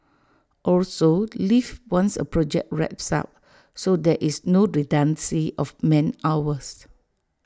also leave once A project wraps up so there is no redundancy of man hours